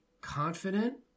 confident